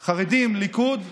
היא חרדים, ליכוד וימין,